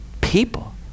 people